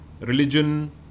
religion